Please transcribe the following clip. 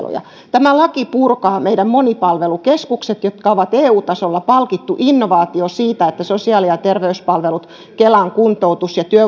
tämä laki purkaa meidän monipalvelukeskukset jotka ovat eu tasolla palkittu innovaatio siitä että sosiaali ja terveyspalvelut kelan kuntoutus ja